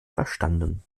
verstanden